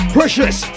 Precious